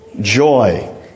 joy